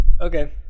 Okay